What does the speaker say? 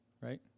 right